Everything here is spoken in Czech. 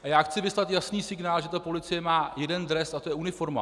A já chci vyslat jasný signál, že policie má jeden dres a to je uniforma.